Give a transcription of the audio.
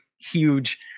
huge